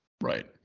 Right